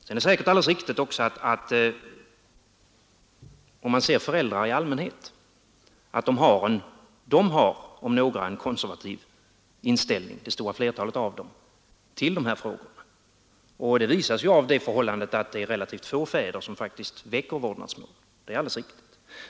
Det är säkert också alldeles riktigt att det stora flertalet föräldrar har en konservativ inställning till dessa frågor.